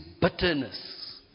bitterness